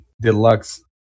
deluxe